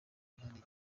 hihariye